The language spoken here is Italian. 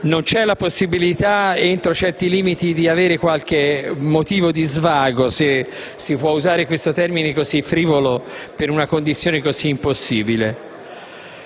non c'è la possibilità, entro certi limiti, di avere qualche momento di svago, se si può usare un termine così frivolo per una condizione così impossibile.